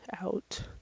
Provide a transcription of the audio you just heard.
out